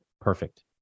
Perfect